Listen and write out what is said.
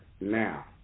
now